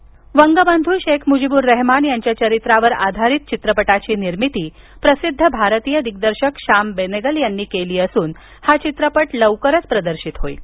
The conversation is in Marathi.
रेहमान वंगबधू शेख मुजीबूर रेहमान यांच्या चरित्रावर आधारित चित्रपटाची निर्मिती प्रसिद्ध भारतीय दिग्दर्शक श्याम बेनेगल यांनी तयार केली असून हा चित्रपट लवकरच प्रदर्शित होईल